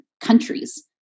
countries